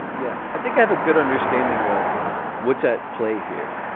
yeah, i think i've a good understanding of what's at play here,